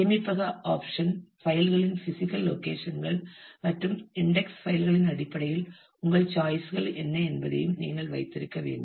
சேமிப்பக ஆப்சன் பைல்களின் physical location கள் மற்றும் இன்டெக்ஸ் பைல் களின் அடிப்படையில் உங்கள் சாய்ஸ் கள் என்ன என்பதையும் நீங்கள் வைத்திருக்க வேண்டும்